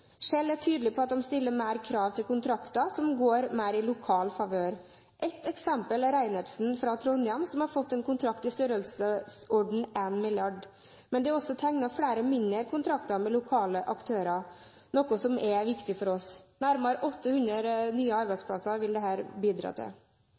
er tydelige på at de stiller krav til kontrakter som går mer i lokal favør. Ett eksempel er Reinertsen fra Trondheim, som har fått en kontrakt i størrelsesorden 1 mrd. kr. Men det er også tegnet flere mindre kontrakter med lokale aktører, noe som er viktig for oss. Nærmere 800 nye